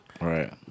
Right